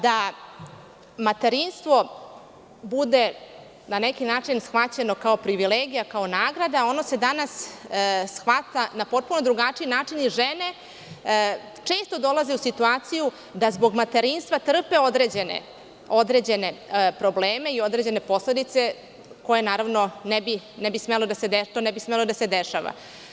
da materinstvo bude na neki način shvaćeno kao privilegija kao nagrada, ono se danas shvata na potpuno drugačiji način jer žene često dolaze u situaciju da zbog materinstva trpe određene probleme i određen posledice koje ne bi smele da se dešavaju.